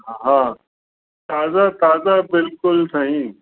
हा ताज़ा ताज़ा बिल्कुलु साईं